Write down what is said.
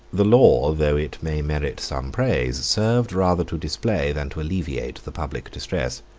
the law, though it may merit some praise, served rather to display than to alleviate the public distress.